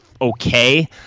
okay